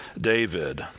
David